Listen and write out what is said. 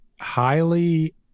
highly